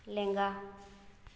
ᱞᱮᱸᱜᱟ